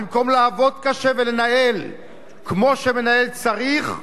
במקום לעבוד קשה ולנהל כמו שמנהל צריך,